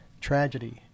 tragedy